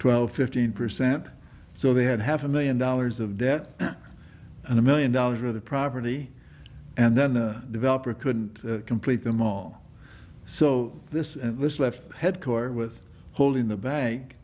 twelve fifteen percent so they had half a million dollars of debt and a million dollars for the property and then the developer couldn't complete them all so this and was left headquartered with holding the bag